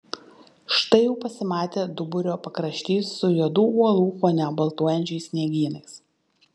štai jau pasimatė duburio pakraštys su juodų uolų fone baltuojančiais sniegynais